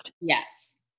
Yes